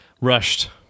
rushed